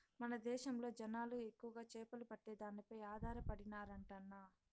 మన దేశంలో జనాలు ఎక్కువగా చేపలు పట్టే దానిపై ఆధారపడినారంటన్నా